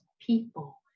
people